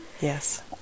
Yes